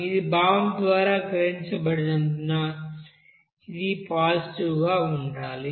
ఇది బాంబు ద్వారా గ్రహించబడినందున ఇది పాజిటివ్ గా ఉండాలి